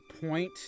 point